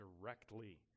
directly